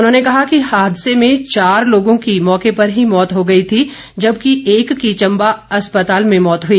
उन्होंने कहा कि इस हादसे भें चार लोगों की मौके पर ही मौत हो गई थी जबकि एक की चंबा अस्पताल में मौत हुई